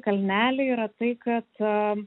kalneliai yra tai kad